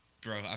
bro